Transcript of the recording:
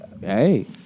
Hey